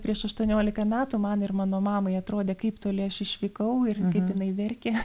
prieš aštuoniolika metų man ir mano mamai atrodė kaip toli aš išvykau ir kaip jinai verkė